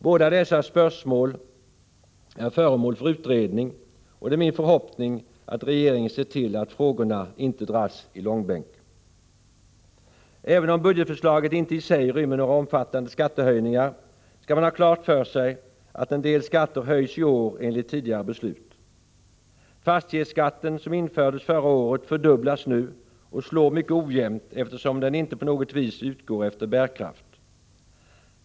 Båda dessa spörsmål är föremål för utredning, och det är min förhoppning att regeringen ser till att frågorna inte dras i långbänk. Även om budgetförslaget i sig inte rymmer några omfattande skattehöjningar, skall man ha klart för sig att en del skatter höjs i år enligt tidigare beslut. Fastighetsskatten, som infördes förra året, fördubblas nu och slår mycket ojämnt, eftersom den inte på något vis utgår efter bärkraft.